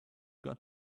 got